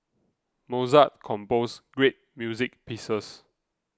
Mozart composed great music pieces